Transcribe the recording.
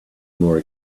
more